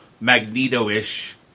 Magneto-ish